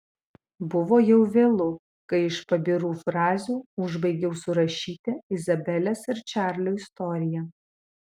buvo jau vėlu kai iš pabirų frazių užbaigiau surašyti izabelės ir čarlio istoriją